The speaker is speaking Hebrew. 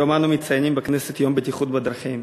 היום אנו מציינים בכנסת את יום הבטיחות בדרכים.